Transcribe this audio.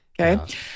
Okay